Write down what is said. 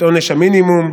את עונש המינימום,